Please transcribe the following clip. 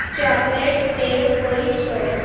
chocolate 'ਤੇ ਕੋਈ ਛੋਟ